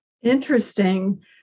Interesting